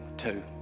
two